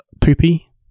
Poopy